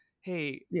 hey